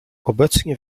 obecnie